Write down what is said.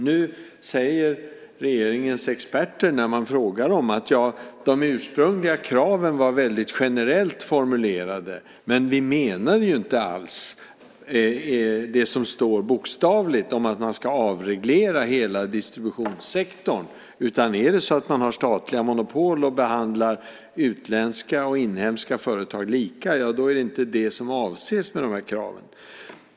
Nu säger regeringens experter när man frågar dem att de ursprungliga kraven var generellt formulerade, men att man inte alls menade det som står där bokstavligt om att man ska avreglera hela distributionssektorn. Om man har statliga monopol och behandlar utländska och inhemska företag lika så är det inte det som avses med kraven.